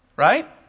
Right